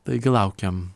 taigi laukiam